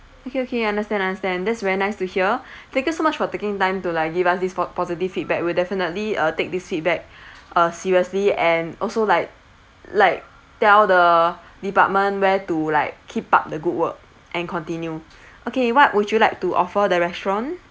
okay okay understand understand that's very nice to hear thank you so much for taking time to like give us this po~ positive feedback we'll definitely uh take this feedback uh seriously and also like like tell the department where to like keep up the good work and continue okay what would you like to offer the restaurant